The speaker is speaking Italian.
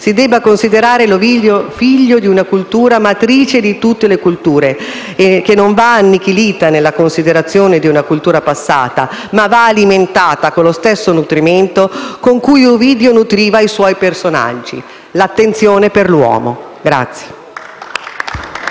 si debba considerare Ovidio figlio di una cultura matrice di tutte le culture, che non va annichilita nella considerazione di una cultura passata, ma alimentata con lo stesso nutrimento con cui Ovidio nutriva i suoi personaggi: l'attenzione per l'uomo.